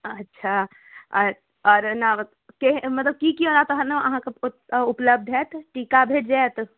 अच्छा आओर आओर एना मतलब कि कि ओना तहन अहाँके ओतऽ उपलब्ध हैत टीका भेटि जाएत